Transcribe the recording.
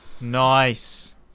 Nice